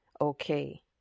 Okay